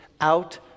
out